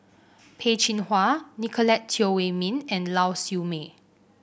Peh Chin Hua Nicolette Teo Wei Min and Lau Siew Mei